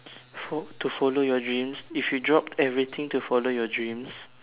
fo~ to follow your dreams if you drop everything to follow your dreams